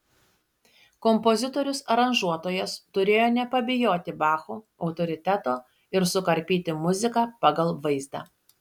kompozitorius aranžuotojas turėjo nepabijoti bacho autoriteto ir sukarpyti muziką pagal vaizdą